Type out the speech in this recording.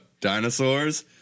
dinosaurs